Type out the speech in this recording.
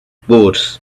pours